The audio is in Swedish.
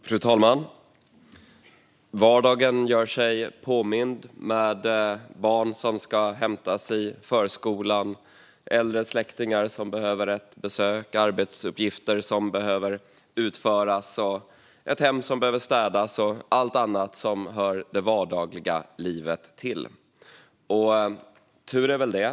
Fru talman! Vardagen gör sig påmind med barn som ska hämtas i förskolan, äldre släktingar som behöver ett besök, arbetsuppgifter som behöver utföras, ett hem som behöver städas och allt annat som hör det vardagliga livet till, och tur är väl det.